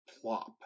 plop